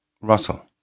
Russell